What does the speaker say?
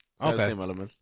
Okay